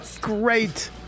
great